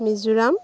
Mizoram